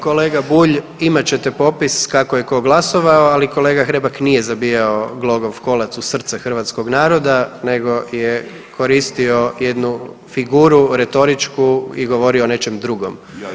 Kolega Bulj imat ćete popis kako je ko glasovao, ali kolega Hrebak nije zabijao glogov kolac u srce hrvatskog naroda nego je koristio jednu figuru retoričku i govorio o nečem drugom.